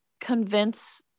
convince